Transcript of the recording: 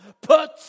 Put